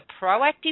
proactive